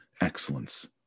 excellence